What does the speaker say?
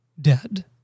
dead